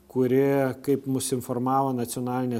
kuri kaip mus informavo nacionalinės